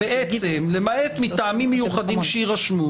למעט מטעמים מיוחדים שיירשמו,